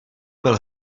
byl